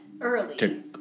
early